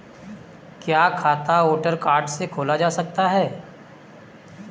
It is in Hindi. क्या खाता वोटर कार्ड से खोला जा सकता है?